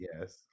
yes